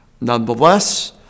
Nonetheless